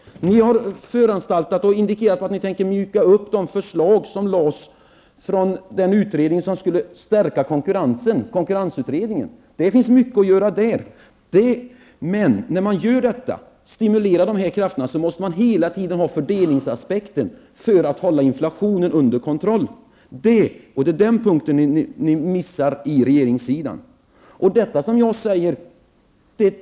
Ni har föranstaltat och indikerat att ni tänker mjuka upp de förslag som lades från den utredning som skulle stärka konkurrensen, konkurrensutredningen. Det finns mycket att göra i det sammanhanget. Men när man stimulerar dessa krafter måste man hela tiden utgå ifrån fördelningsaspekten för att hålla inflationen under kontroll. Den punkten missar ni på regeringssidan.